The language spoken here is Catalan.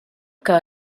que